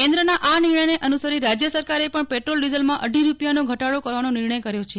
કેન્દ્રના આ નિર્ણયને અનુસરી રાજ્ય સરકારે પણ પેટ્રોલ ડિઝલમાં અઢી રૂપિયાનો ઘટાડો કરવાનો નિર્ણય કર્યો છે